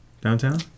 Downtown